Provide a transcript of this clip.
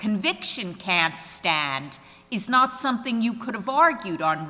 conviction can't stand is not something you could have argued on